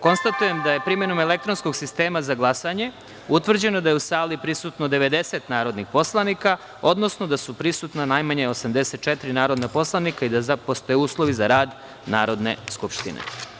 Konstatujem da je primenom elektronskog sistema za glasanje utvrđeno da je u sali prisutno 90 narodnih poslanika, odnosno da su prisutna najmanje 84 narodna poslanika i da postoje uslovi za rad Narodne skupštine.